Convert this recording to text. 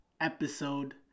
episode